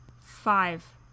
five